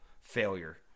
failure